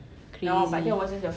crazy